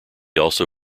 also